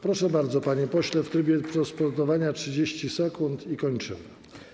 Proszę bardzo, panie pośle, w trybie sprostowania - 30 sekund i kończymy.